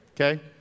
Okay